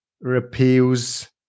repeals